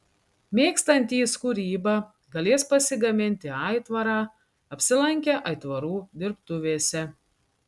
mėgstantys kūrybą galės pasigaminti aitvarą apsilankę aitvarų dirbtuvėse